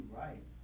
right